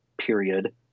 period